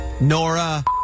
Nora